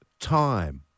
time